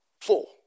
Four